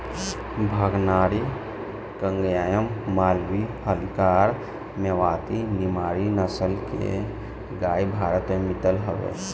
भगनारी, कंगायम, मालवी, हल्लीकर, मेवाती, निमाड़ी नसल के गाई भारत में मिलत हवे